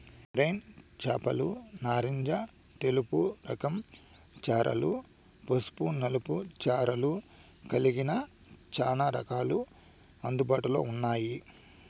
marine చేపలు నారింజ తెలుపు రకం చారలు, పసుపు నలుపు చారలు కలిగిన చానా రకాలు అందుబాటులో ఉన్నాయి